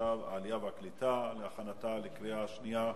העלייה והקליטה להכנתה לקריאה שנייה